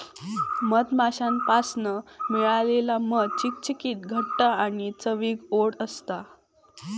मधमाश्यांपासना मिळालेला मध चिकचिकीत घट्ट आणि चवीक ओड असता